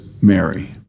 Mary